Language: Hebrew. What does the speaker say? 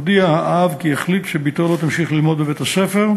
הודיע האב כי החליט שבתו לא תמשיך ללמוד בבית-הספר.